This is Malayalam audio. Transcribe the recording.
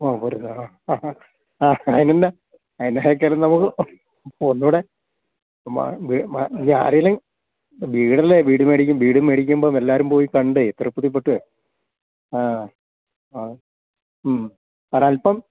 ഓ ഒരു ആ ആ അതിന് എന്താണ് എന്നതൊക്കെ ആയാലും നമുക്ക് ഒന്നും കൂടെ ആരേലും വീടല്ലേ വീട് മേടിക്കും വീട് മേടിക്കുമ്പം എല്ലാവരും പോയി കണ്ടു തൃപ്തിപ്പെട്ടും ആ ആ മ്മ് ഒരല്പം